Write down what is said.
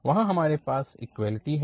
वहां हमारे पास इक्वैलिटी है